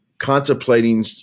contemplating